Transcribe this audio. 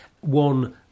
one